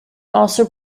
also